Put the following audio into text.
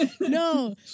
No